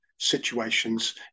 situations